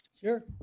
sure